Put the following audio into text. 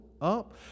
up